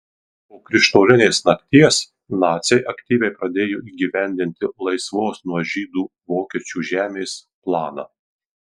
po krištolinės nakties naciai aktyviai pradėjo įgyvendinti laisvos nuo žydų vokiečių žemės planą